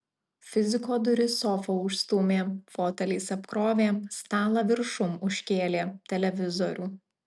fiziko duris sofa užstūmė foteliais apkrovė stalą viršum užkėlė televizorių